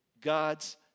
God's